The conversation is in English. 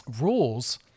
rules